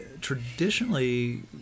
traditionally